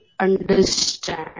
understand